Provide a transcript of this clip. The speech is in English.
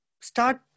start